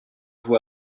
vous